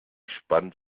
spannt